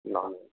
non veg